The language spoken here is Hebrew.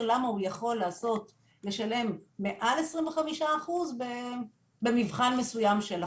למה הוא יכול לשלם מעל 25% במבחן מסוים של הכנסה.